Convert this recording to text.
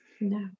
No